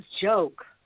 joke